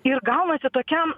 ir gaunasi tokia